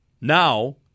now